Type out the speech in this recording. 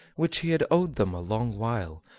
which he had owed them a long while,